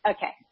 Okay